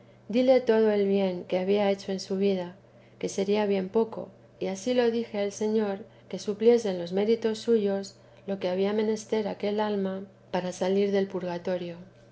dile todo el bien que había hecho en mi vida que sería bien poco y ansí lo dije al señor que supliesen los méritos suyos lo que había menester aquel alma para salir del purgatorio